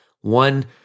One